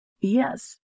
Yes